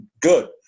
good